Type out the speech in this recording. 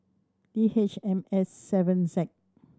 D H M S seven Z